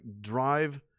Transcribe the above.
drive